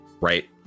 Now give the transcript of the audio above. right